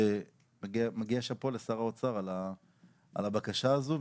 מגיע שאפו לשר האוצר על הבקשה הזו,